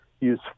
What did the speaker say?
use